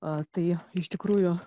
a tai iš tikrųjų